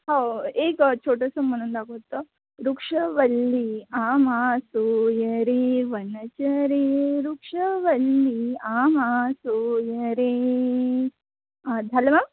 हो एक छोटंसं म्हणून दाखवतं वृक्षवल्ली आम्हा सोयरे वनचरे वृक्षवल्ली आम्हा सोयरे झालं मॅम